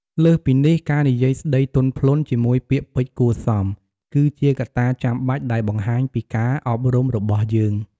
លើសពីនេះ ការនិយាយស្តីទន់ភ្លន់ ជាមួយពាក្យពេចន៍គួរសម គឺជាកត្តាចាំបាច់ដែលបង្ហាញពីការអប់រំរបស់យើង។